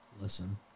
Listen